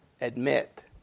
admit